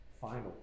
final